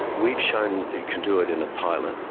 we've shown you can do it in a pilot,